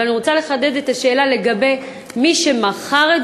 אבל אני רוצה לחדד את השאלה לגבי מי שמכר את